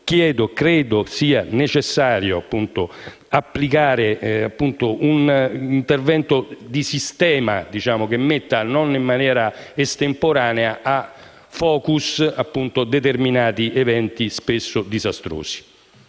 credo sia necessario applicare un intervento di sistema, che metta in maniera non estemporanea a *focus* determinati eventi, spesso disastrosi.